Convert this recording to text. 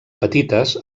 petites